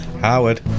Howard